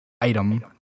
item